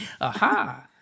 Aha